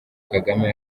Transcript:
kagame